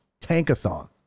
Tankathon